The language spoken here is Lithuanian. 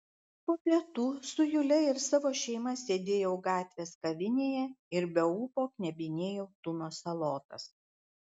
po pietų su jule ir savo šeima sėdėjau gatvės kavinėje ir be ūpo knebinėjau tuno salotas